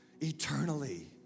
eternally